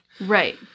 Right